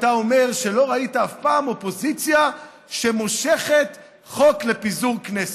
אתה אומר שלא ראית אף פעם אופוזיציה שמושכת חוק לפיזור הכנסת.